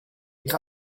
ihre